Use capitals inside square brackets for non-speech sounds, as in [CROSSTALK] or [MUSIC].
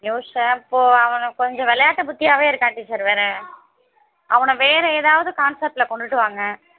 [UNINTELLIGIBLE] அவனை கொஞ்சம் விளையாட்டு புத்தியாகவே இருக்கான் டீச்சர் வேறு அவனை வேறு ஏதாவது கான்செப்ட்டில் கொண்டுட்டு வாங்க